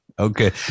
Okay